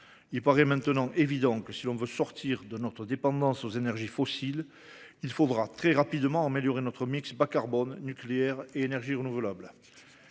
Il paraît maintenant évident que, si nous voulons sortir de notre dépendance aux énergies fossiles, nous devrons très rapidement améliorer notre mix entre bas-carbone, nucléaire et énergies renouvelables.